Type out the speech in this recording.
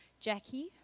Jackie